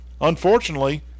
Unfortunately